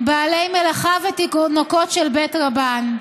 בעלי מלאכה ותינוקות של בית רבן,